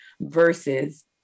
versus